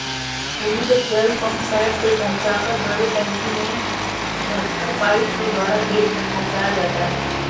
भूमिगत जल पम्पसेट से पहुँचाकर बड़े टंकी में भरकर पाइप के द्वारा खेत तक पहुँचाया जाता है